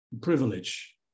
privilege